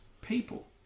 people